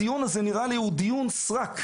הדיון הזה נראה לי דיון סרק,